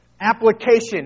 Application